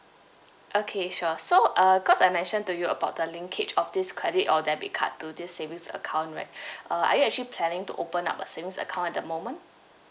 okay sure so uh because I mentioned to you about the linkage of this credit or debit card to this savings account right uh are you actually planning to open up a savings account at the moment